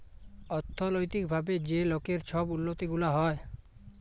অথ্থলৈতিক ভাবে যে লকের ছব উল্লতি গুলা হ্যয়